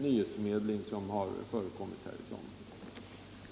nyhetsförmedling som har förekommit här i sommar.